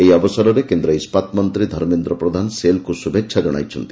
ଏହି ଅବସରରେ କେନ୍ଦ୍ର ଇସ୍କାତ ମନ୍ତ୍ରୀ ଶ୍ରୀ ଧର୍ମେନ୍ଦ୍ର ପ୍ରଧାନ ସେଲ୍କୁ ଏଥିଲାଗି ଶୁଭେଚ୍ଛା ଜଣାଇଛନ୍ତି